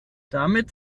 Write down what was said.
damit